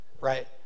Right